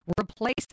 Replace